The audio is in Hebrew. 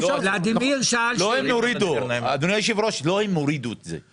לא הם הורידו את זה,